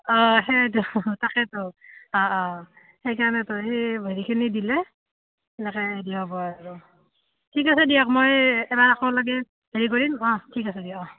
অঁ সেইটো তাকেতো অঁ অঁ সেইকাৰণেতো সেই হেৰিখিনি দিলে এনেকে হ'ব আৰু ঠিক আছে দিয়ক মই এবাৰ আকৌ লাগে হেৰি কৰিম অঁ ঠিক আছে দিয়ক অঁ